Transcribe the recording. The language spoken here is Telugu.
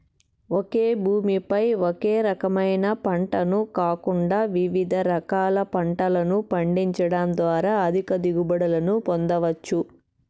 ఒకే భూమి పై ఒకే రకమైన పంటను కాకుండా వివిధ రకాల పంటలను పండించడం ద్వారా అధిక దిగుబడులను పొందవచ్చు